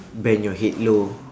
bend your head low